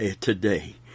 today